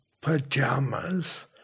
pajamas